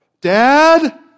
Dad